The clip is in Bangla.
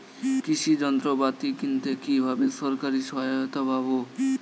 কৃষি যন্ত্রপাতি কিনতে কিভাবে সরকারী সহায়তা পাব?